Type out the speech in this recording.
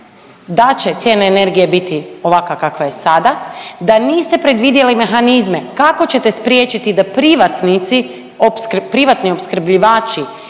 da će cijene energije biti ovakva kakva je sada, da niste predvidjeli mehanizme kako ćete spriječiti da privatnici, privatni